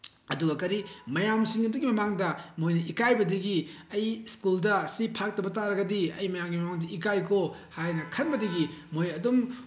ꯑꯗꯨꯒ ꯀꯔꯤ ꯃꯌꯥꯝꯁꯤꯡ ꯑꯗꯨꯒꯤ ꯃꯃꯥꯡꯗ ꯃꯣꯏꯅ ꯏꯀꯥꯏꯕꯗꯒꯤ ꯑꯩ ꯁ꯭ꯀꯨꯜꯗ ꯁꯤ ꯐꯥꯔꯛꯇꯕ ꯇꯥꯔꯒꯗꯤ ꯑꯩ ꯃꯌꯥꯝꯒꯤ ꯃꯃꯥꯡꯗ ꯏꯀꯥꯏꯀꯣ ꯍꯥꯏꯅ ꯈꯟꯕꯗꯒꯤ ꯃꯣꯏ ꯑꯗꯨꯝ